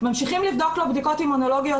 ממשיכים לבדוק לו בדיקות אימונולוגיות